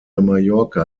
mallorca